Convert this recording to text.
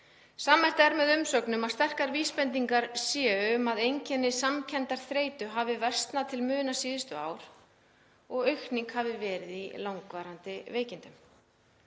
Sammerkt er með umsögnum að sterkar vísbendingar séu um að einkenni samkenndarþreytu hafi versnað til muna síðustu ár og aukning hafi verið í langvarandi veikindum.